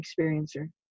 experiencer